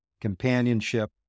companionship